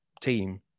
team